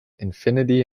infinity